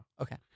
Okay